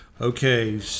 Okay